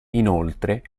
inoltre